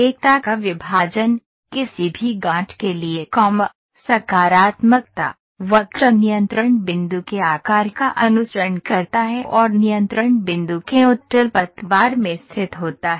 एकता का विभाजन किसी भी गाँठ के लिए सकारात्मकता वक्र नियंत्रण बिंदु के आकार का अनुसरण करता है और नियंत्रण बिंदु के उत्तल पतवार में स्थित होता है